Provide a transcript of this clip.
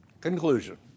Conclusion